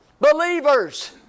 Believers